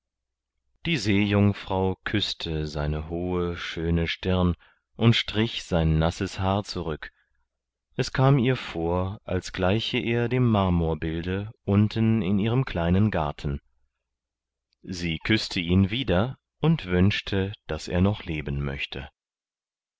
die seejungfrau küßte seine hohe schöne stirn und strich sein nasses haar zurück es kam ihr vor als gleiche er dem marmorbilde unten in ihrem kleinen garten sie küßte ihn wieder und wünschte daß er noch leben möchte